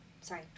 sorry